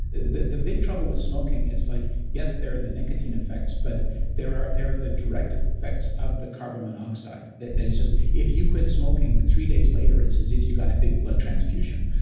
the the big trouble with smoking, it's like yes, there are the nicotine effects, but there are the direct effects of the carbon monoxide. that that it's just if you quit smoking, three days later, it's as if you got a big blood transfusion.